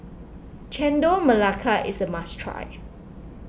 Chendol Melaka is a must try